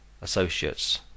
associates